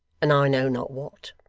and i know not what.